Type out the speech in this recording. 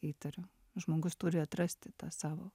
įtariu žmogus turi atrasti tą savo